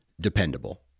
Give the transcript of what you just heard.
dependable